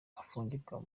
afungirwa